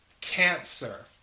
cancer